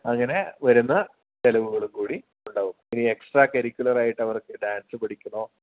അങ്ങനെ വരുന്ന ചിലവുകളും കൂടി ഉണ്ടാവും ഇനി എക്സ്ട്രാ കരിക്കുലർ ആയിട്ട് അവർക്ക് ഡാൻസ് പഠിക്കണോ